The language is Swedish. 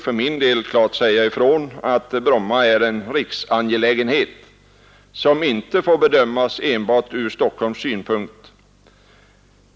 För min del vill jag säga ifrån att Bromma flygplats är en riksangelägenhet som inte får bedömas enbart från Stockholms synpunkt.